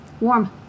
warm